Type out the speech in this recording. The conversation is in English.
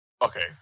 Okay